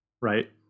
right